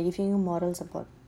yes I giving you moral support